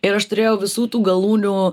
ir aš turėjau visų tų galūnių